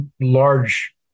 large